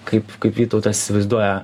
kaip kaip vytautas įsivaizduoja